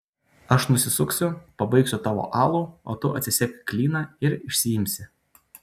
aš nusisuksiu pabaigsiu tavo alų o tu atsisek klyną ir išsiimsi